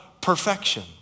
perfection